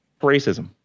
racism